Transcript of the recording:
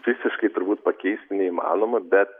visiškai turbūt pakeisti neįmanoma be